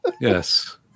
Yes